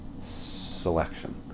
selection